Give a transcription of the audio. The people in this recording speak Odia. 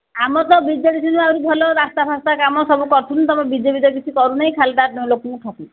ଆମ ତ ବି ଜେ ଡି ସେ ଯେଉଁ ଆହୁରି ଭଲ ରାସ୍ତା ଫାସ୍ତା କାମ ସବୁଛନ୍ତିି ତୁମ ବି ଜେ ପି ତ କିଛି କରୁନି ଖାଲିତାର ସେ ଲୋକଙ୍କୁ ଠକୁଛି